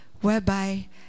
whereby